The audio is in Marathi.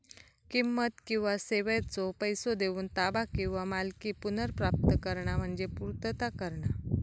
किंमत किंवा सेवेचो पैसो देऊन ताबा किंवा मालकी पुनर्प्राप्त करणा म्हणजे पूर्तता करणा